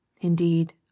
Indeed